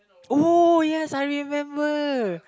oh yes I remember